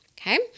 Okay